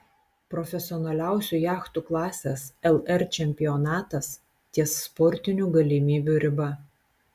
profesionaliausių jachtų klasės lr čempionatas ties sportinių galimybių riba